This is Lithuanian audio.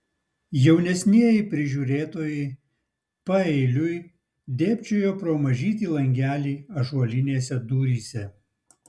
jaunesnieji prižiūrėtojai paeiliui dėbčiojo pro mažytį langelį ąžuolinėse duryse